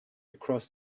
across